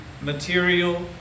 material